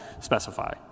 specify